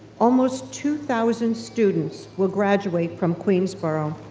almost two thousand students will graduate from queensborough.